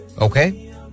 Okay